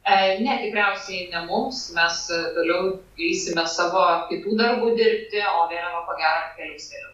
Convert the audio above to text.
e ne tikriausiai ne mums mes stoliau eisime savo kitų darbų dirbti o vėliava ko gero atkeliaus vėliau